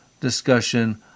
discussion